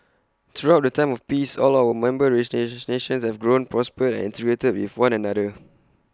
throughout the time of peace all our member nations have grown prospered and integrated with one another